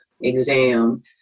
exam